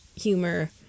humor